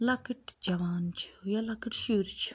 لَکٕٹۍ جَوان چھُ یا لَکٕٹۍ شُرۍ چھُ